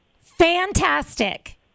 Fantastic